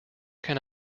can